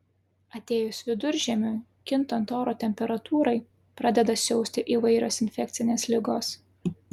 atėjus viduržiemiui kintant oro temperatūrai pradeda siausti įvairios infekcinės ligos